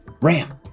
Ram